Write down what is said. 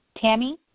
Tammy